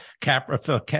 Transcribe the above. Capra